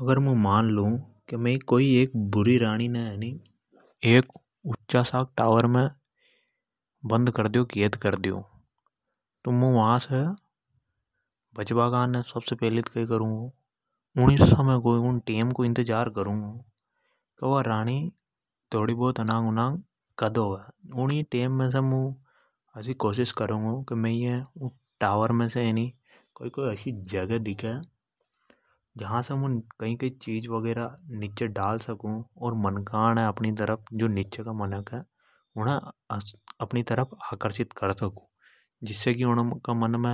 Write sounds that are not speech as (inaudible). अगर मुं मान लू की मैं एक बुरी राणी ने एक ऊँचा साक टावर मे कैद करलो। तो वा से बचबा कानने मुं सब (noise) से पेलि तो उणी टेम् को इंतज़ार करूँगु की या राणी कद अनाग उनांग होवे। फेर् मुं टावर मे से है णी इसी कोशिश करूं गु। की मै कोई कोई एसी जगह दिखें जा से मुं कई कई चिज निचे डाल सकु। अर निचे का मनखा ने (hesitation) अपनी और आकर्षित कर सकु। जिसे की उने